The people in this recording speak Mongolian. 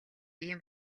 ийм